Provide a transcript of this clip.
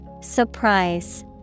Surprise